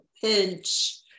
pinch